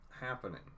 happening